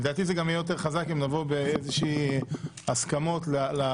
לדעתי זה גם יהיה יותר חזק אם נבוא עם הסכמות לוועדה,